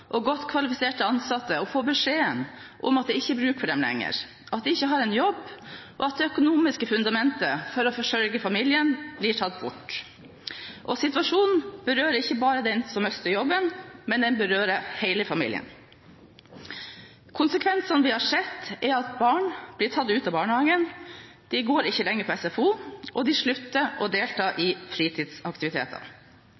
og godt kvalifiserte ansatte, å få beskjeden om at det ikke er bruk for dem lenger, at de ikke har en jobb, og at det økonomiske fundamentet for å forsørge familien blir tatt bort. Og situasjonen berører ikke bare den som mister jobben, den berører hele familien. Konsekvensene vi har sett, er at barn blir tatt ut av barnehagen, de går ikke lenger på SFO, og de slutter å delta i